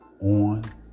On